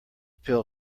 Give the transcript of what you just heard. pill